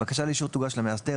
בקשה לאישור תוגש למאסדר,